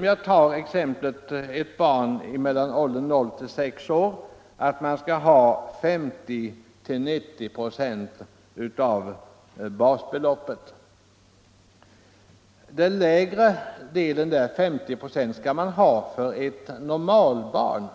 vilket t.ex. för ett barn i åldern 0-6 år utgår med 50-90 96 av basbeloppet. Det lägre beloppet, 50 96, skall man ha för ett normalbarn.